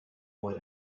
boy